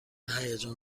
هیجان